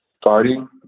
starting